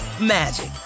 magic